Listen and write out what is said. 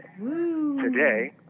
Today